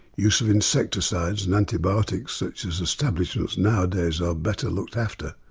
use of insecticides and antibiotics such as establishments nowadays are better looked after,